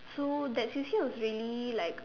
so that C_C_A was really like